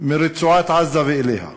מרצועת-עזה ואליה.